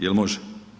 Jel može?